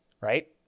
right